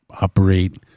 operate